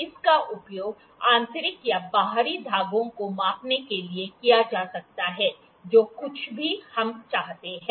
इसका उपयोग आंतरिक या बाहरी धागों को मापने के लिए किया जा सकता है जो कुछ भी हम चाहते हैं